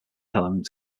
elements